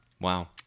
Wow